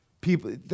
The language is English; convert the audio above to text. people